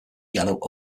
yellow